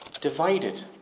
divided